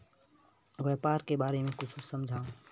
व्यापार के बारे म कुछु समझाव?